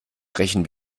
brechen